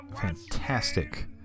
fantastic